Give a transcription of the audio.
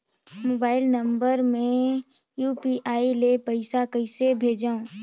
Mobile number मे UPI ले पइसा कइसे भेजवं?